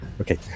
Okay